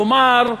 כלומר,